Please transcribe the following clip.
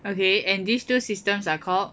okay and these two systems are called